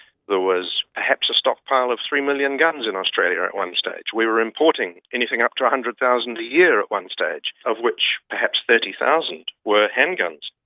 there was perhaps a stockpile of three million guns in australia at one stage. we were importing anything up to one hundred thousand a year at one stage, of which perhaps thirty thousand were handguns.